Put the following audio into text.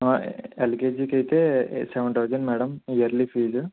ఆ ఎల్కేజీకి అయితే seven thousand madam yearly fee